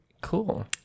Cool